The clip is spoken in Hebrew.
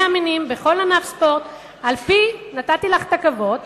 המינים בכל ענף ספורט על פי" נתתי לך את הכבוד,